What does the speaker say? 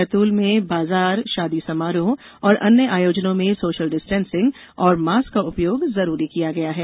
बैतूल में बाजार शादी समारोह एवं अन्य आयोजनों में सोशल डिस्टेंसिग और मास्क का उपयोग जरूरी किया गया है